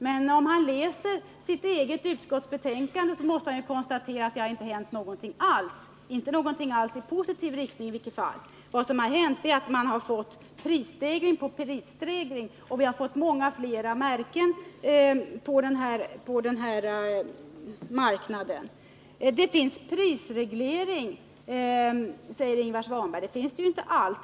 Men om Ingvar Svanberg läser sitt eget utskotts betänkande måste han konstatera att det inte har hänt någonting alls — i positiv riktning i varje fall. Vad som hänt är att man har fått prisstegring på prisstegring, och vi har fått många fler märken på den här marknaden. Det finns prisreglering, säger Ingvar Svanberg. Men det finns det ju inte alls.